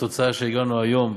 התוצאה שהגענו אליה היום,